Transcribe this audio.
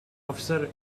officer